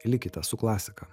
likite su klasika